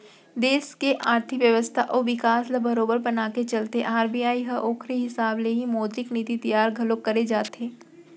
देस के आरथिक बेवस्था अउ बिकास ल बरोबर बनाके चलथे आर.बी.आई ह ओखरे हिसाब ले ही मौद्रिक नीति तियार घलोक करे जाथे